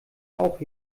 auch